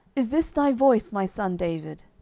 is this thy voice, my son david?